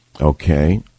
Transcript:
Okay